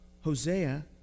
Hosea